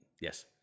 Yes